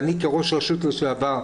אני כראש רשות לשעבר,